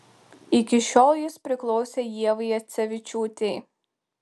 iki šiol jis priklausė ievai jacevičiūtei